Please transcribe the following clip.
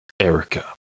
Erica